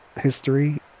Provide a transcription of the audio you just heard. history